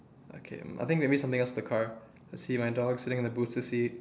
okay I think maybe something else in the car I see my dog sitting on the booster seat